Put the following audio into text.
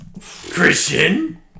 Christian